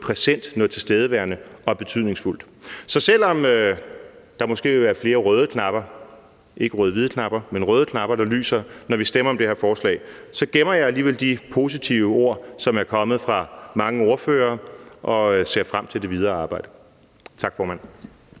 præsent, noget tilstedeværende og betydningsfuldt. Så selv om der måske vil være flere røde knapper – ikke rødhvide knapper – men røde knapper, der lyser, når vi stemmer om det her forslag, så gemmer jeg alligevel de positive ord, der er kommet fra mange ordførere, og ser frem til det videre arbejde. Tak, formand.